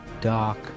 dark